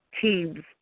teams